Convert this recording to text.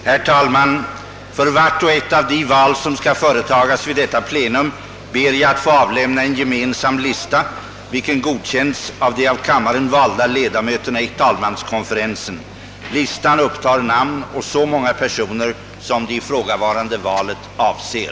Herr talman! För vart och ett av de val som skall företagas vid detta plenum ber jag att få avlämna en gemensam lista, vilken godkänts av de av kammaren valda ledamöterna i talmanskonferensen. Listan upptar namn å så många personer, som det ifrågavarande valet avser.